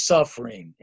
Suffering